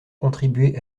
contribué